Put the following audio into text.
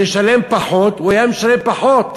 לשלם פחות, והוא היה משלם פחות,